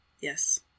Yes